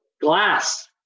Glass